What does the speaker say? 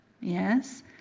yes